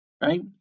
right